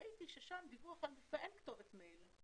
וראיתי ששם בדיווח על מפגע אין כתובת מייל.